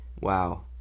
Wow